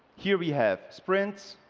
here we have sprints,